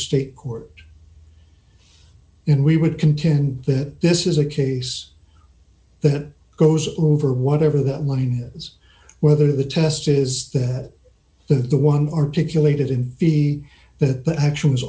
state court and we would contend that this is a case that goes over whatever the line is whether the test is that the the one articulated in v that the actions